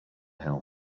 hill